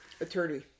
Attorney